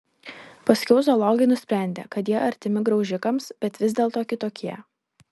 paskiau zoologai nusprendė kad jie artimi graužikams bet vis dėlto kitokie